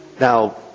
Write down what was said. Now